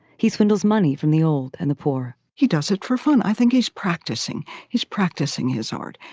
he swindles money from the old and the poor he does it for fun. i think he's practicing. he's practicing his art.